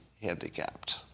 handicapped